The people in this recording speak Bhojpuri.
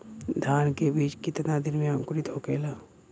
धान के बिज कितना दिन में अंकुरित होखेला?